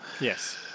Yes